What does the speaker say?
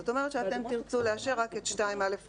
זאת אומרת שאתם תרצו לאשר רק את (2א5)